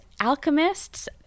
alchemists